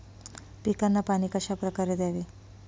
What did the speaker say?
पिकांना पाणी कशाप्रकारे द्यावे?